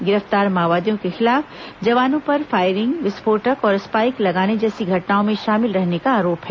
गिरफ्तार माओवादियों के खिलाफ जवानों पर फायरिंग विस्फोट और स्पाईक लगाने जैसी घटनाओं में शामिल रहने का आरोप है